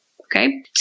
Okay